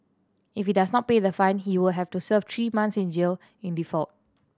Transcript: if he does not pay the fine he will have to serve three months in jail in default